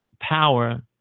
power